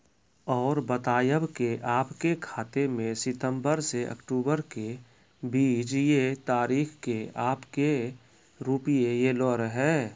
और बतायब के आपके खाते मे सितंबर से अक्टूबर के बीज ये तारीख के आपके के रुपिया येलो रहे?